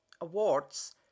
awards